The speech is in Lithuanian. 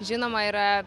žinoma yra